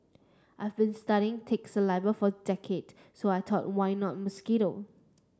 I've been studying tick saliva for a decade so I thought why not mosquito